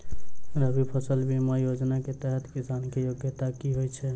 रबी फसल बीमा योजना केँ तहत किसान की योग्यता की होइ छै?